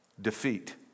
Defeat